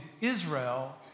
Israel